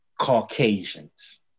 Caucasians